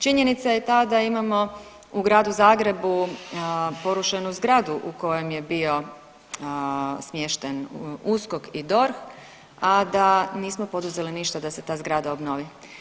Činjenica je ta da imamo u gradu Zagrebu porušenu Zgradu u kojem je bio smješten USKOK i DORH, a da nismo poduzeli ništa da se ta zgrada obnovi.